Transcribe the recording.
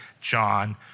John